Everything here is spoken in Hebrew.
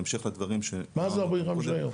בהמשך לדברים --- מה זה 45 יום?